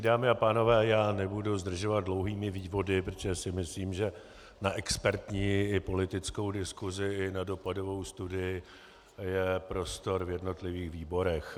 Dámy a pánové, já nebudu zdržovat dlouhými vývody, protože si myslím, že na expertní i politickou diskusi i na dopadovou studii je prostor v jednotlivých výborech.